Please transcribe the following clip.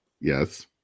Yes